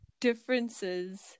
differences